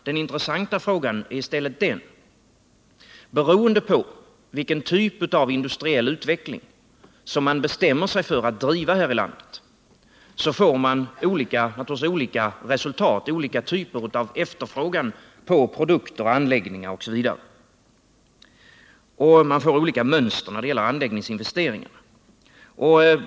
Det intressanta är i stället att beroende på vilken typ av industriell utveckling som man bestämmer sig för att driva här i landet får man olika typer av efterfrågan på produkter och anläggningar osv. Man får olika mönster när det gäller anläggningsinvesteringar.